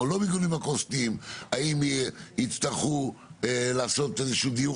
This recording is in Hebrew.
האם יצטרכו לעשות דיור